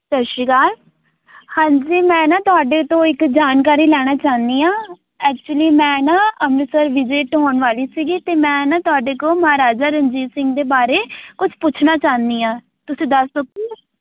ਸਤਿ ਸ਼੍ਰੀ ਅਕਾਲ ਹਾਂਜੀ ਮੈਂ ਨਾ ਤੁਹਾਡੇ ਤੋਂ ਇੱਕ ਜਾਣਕਾਰੀ ਲੈਣਾ ਚਾਹੁੰਦੀ ਹਾਂ ਐਕਚੁਲੀ ਮੈਂ ਨਾ ਅੰਮ੍ਰਿਤਸਰ ਵਿਜ਼ਿਟ ਹੋਣ ਵਾਲੀ ਸੀਗੀ ਅਤੇ ਮੈਂ ਨਾ ਤੁਹਾਡੇ ਕੋਲ ਮਹਾਰਾਜਾ ਰਣਜੀਤ ਸਿੰਘ ਦੇ ਬਾਰੇ ਕੁਛ ਪੁੱਛਣਾ ਚਾਹੁੰਦੀ ਹਾਂ ਤੁਸੀਂ ਦੱਸ ਸਕੋਗੇ